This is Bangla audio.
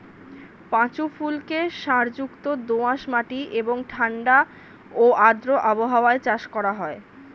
পাঁচু ফুলকে সারযুক্ত দোআঁশ মাটি এবং ঠাণ্ডা ও আর্দ্র আবহাওয়ায় চাষ করা হয়